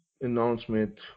announcement